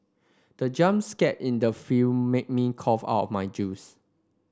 the jump scare in the film made me cough out my juice